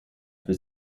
für